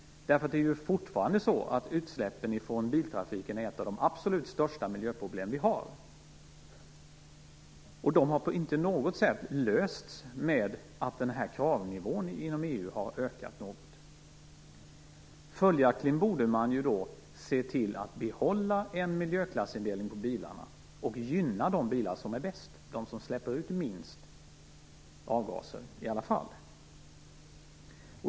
Utsläppen från biltrafiken är fortfarande ett av de absolut största miljöproblem vi har. Det har inte på något sätt lösts genom att kravnivån inom EU har skärpts något. Följaktligen borde man se till att behålla en miljöklassindelning på bilarna och gynna de bilar som är bäst, i alla fall de som släpper ut minst avgaser.